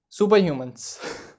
superhumans